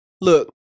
look